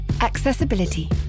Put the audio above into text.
Accessibility